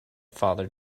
father